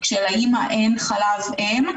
כשלאימא אין חלב אם,